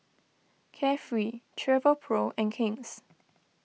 Carefree Travelpro and King's